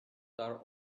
are